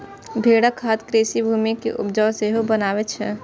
भेड़क खाद कृषि भूमि कें उपजाउ सेहो बनबै छै